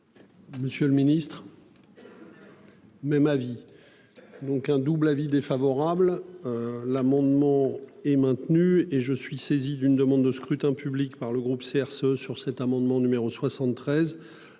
Monsieur le ministre. Cette nouvelle. Même avis. Donc un double avis défavorable. L'amendement est maintenu. Et je suis saisi d'une demande de scrutin public par le groupe CRCE sur cet amendement numéro 73